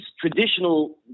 traditional